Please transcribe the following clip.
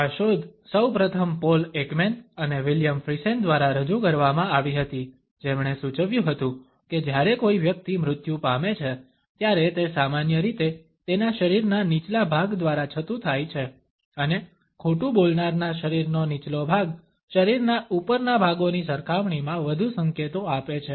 આ શોધ સૌપ્રથમ પોલ એકમેન અને વિલિયમ ફ્રીસેન દ્વારા રજૂ કરવામાં આવી હતી જેમણે સૂચવ્યું હતું કે જ્યારે કોઈ વ્યક્તિ મૃત્યુ પામે છે ત્યારે તે સામાન્ય રીતે તેના શરીરના નીચલા ભાગ દ્વારા છતું થાય છે અને ખોટું બોલનારના શરીરનો નીચલો ભાગ શરીરના ઉપરના ભાગોની સરખામણીમાં વધુ સંકેતો આપે છે